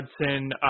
Hudson